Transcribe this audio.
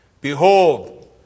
Behold